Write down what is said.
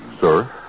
sir